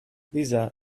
lisa